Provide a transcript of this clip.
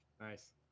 nice